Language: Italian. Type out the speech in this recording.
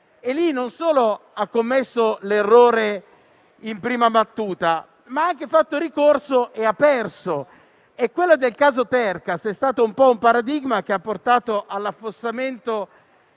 e non ha solo commesso l'errore in prima battuta, ma ha anche fatto ricorso e perso. Il caso Tercas è stato un po' il paradigma che ha portato all'affossamento